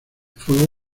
fuego